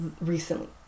recently